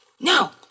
No